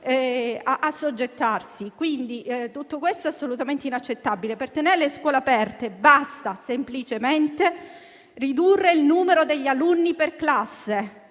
assoggettarsi. Tutto questo è assolutamente inaccettabile. Per tenere le scuole aperte basta semplicemente ridurre il numero degli alunni per classe,